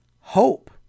Hope